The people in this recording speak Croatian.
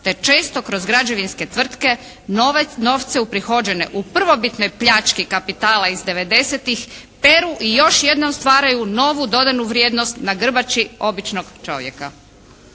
te često kroz građevinske tvrtke novce uprihođene u prvobitne pljačke kapitala iz 90-tih peru i još jednom stvaraju novu dodanu vrijednost na grbači običnog čovjeka.